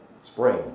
spring